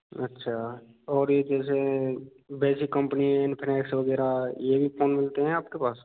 अच्छा और ये जैसे बेसिक कंपनी इनफिनिक्स वगैरह ये भी फ़ोन मिलते हैं आपके पास